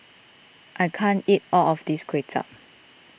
I can't eat all of this Kway Chap